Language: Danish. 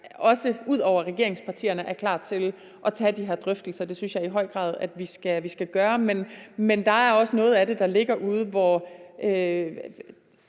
også ud over regeringspartierne er klar til at tage de her drøftelser. Det synes jeg i høj grad vi skal gøre. Men der er også noget af det, der ligger uden for